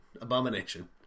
Abomination